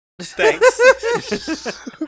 Thanks